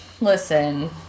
listen